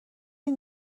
این